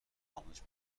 آموزش